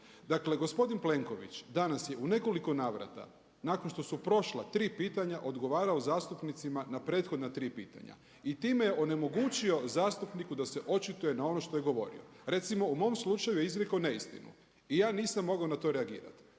Dakle gospodin Plenković danas je u nekoliko navrata nakon što su prošla tri pitanja odgovarao zastupnicima na prethodna tri pitanja. I time je onemogućio zastupniku da se očituje na ono što je govorio. Recimo u mom slučaju je izrekao neistinu. I ja nisam mogao na to reagirati.